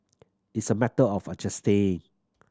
it's a matter of adjusting